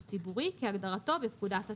ציבורי כהגדרתו בפקודת התעבורה.